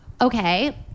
okay